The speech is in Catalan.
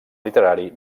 literari